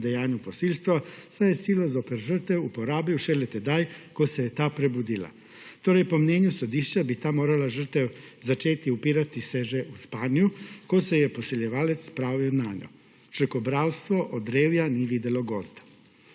dejanju posilstva, saj je silo zoper žrtev uporabil šele tedaj, ko se je ta prebudila. Torej, po mnenju sodišča bi morala žrtev začeti upirati se že v spanju, ko se je posiljevalec spravil nanjo. Črkobralstvo od drevja ni videlo gozda.